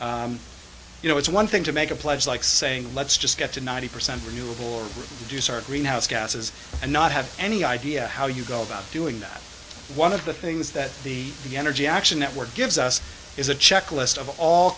that you know it's one thing to make a pledge like saying let's just get to ninety percent renewable or reduce our greenhouse gases and not have any idea how you go about doing that one of the things that the the energy action network gives us is a checklist of all